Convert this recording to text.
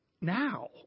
now